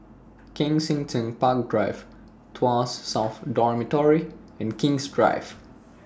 Kensington Park Drive Tuas South Dormitory and King's Drive